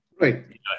right